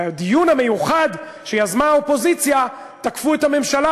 בדיון המיוחד שיזמה האופוזיציה תקפו את הממשלה.